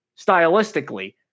stylistically